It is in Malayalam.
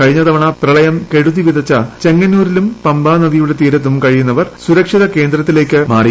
കഴിഞ്ഞ തവണ പ്രളയം കെടുതി വിതച്ച ചെങ്ങന്നൂരിലും പമ്പാനദിയുടെ തീരത്തും കഴിയുന്നവർ സുരക്ഷിത കേന്ദ്രത്തിലേക്ക് മാറി